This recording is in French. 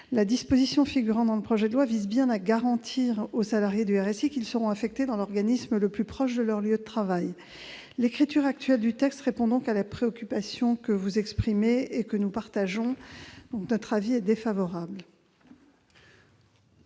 La disposition figurant dans le projet de loi vise bien à garantir aux salariés du RSI qu'ils seront affectés dans l'organisme le plus proche de leur lieu de travail. L'écriture actuelle du texte répond donc à la préoccupation que vous exprimez et que nous partageons. C'est pourquoi